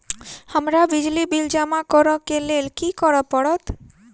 हमरा बिजली बिल जमा करऽ केँ लेल की करऽ पड़त?